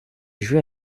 joué